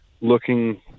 looking